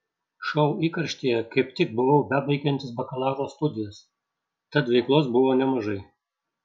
šou įkarštyje kaip tik buvau bebaigiantis bakalauro studijas tad veiklos buvo nemažai